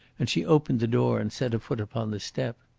and she opened the door and set a foot upon the step.